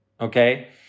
okay